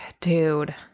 dude